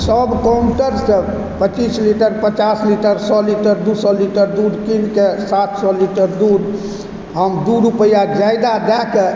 सभ काउण्टरसँ पच्चीस लीटर पचास लीटर सए लीटर दू सए लीटर दूध किन कऽ सात सए लीटर दूध हम दू रुपैआ ज्यादा दैकऽ